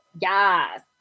Yes